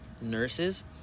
nurses